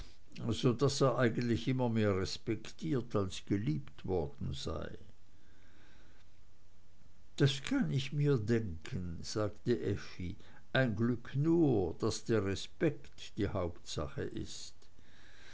so daß er eigentlich immer mehr respektiert als geliebt worden sei das kann ich mir denken sagte effi ein glück nur daß der respekt die hauptsache ist